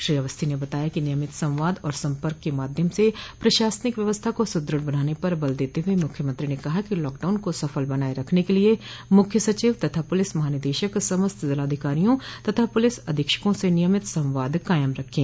श्री अवस्थी ने बताया कि नियमित संवाद व सम्पर्क के माध्यम से प्रशासनिक व्यवस्था को सुदृढ़ बनाने पर बल देते हुए मख्यमंत्री ने कहा कि लॉकडाउन को सफल बनाए रखने के लिए मुख्य सचिव तथा पुलिस महानिदेशक समस्त जिलाधिकारियों तथा पुलिस अधीक्षकों से नियमित संवाद कायम रखें